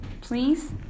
please